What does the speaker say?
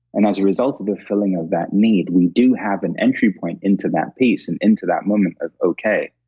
and as a result of the fulfilling of that need, we do have an entry point into that peace and into that moment of, okay,